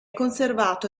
conservato